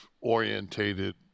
orientated